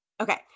Okay